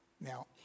Now